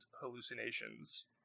hallucinations